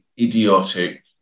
idiotic